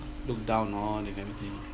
looked down on and everything